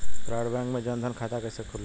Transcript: Private bank मे जन धन खाता कैसे खुली?